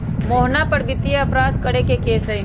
मोहना पर वित्तीय अपराध करे के केस हई